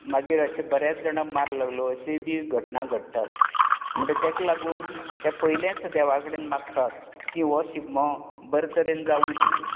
मागहीर अशें बरेंच जाणाक मार लागलो अशी बी घटना घडटात म्हणट तेका लागून ते पयलेंच देवा कडेन मागतात की वो शिगमो बरें तरेन जावूं दी